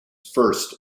first